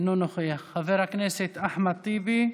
אינו נוכח, חבר הכנסת אחמד טיבי,